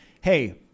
hey